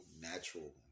natural